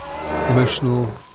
emotional